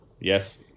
Yes